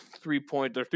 three-point